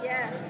Yes